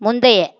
முந்தைய